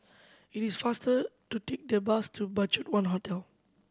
it is faster to take the bus to BudgetOne Hotel